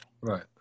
Right